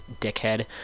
dickhead